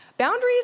Boundaries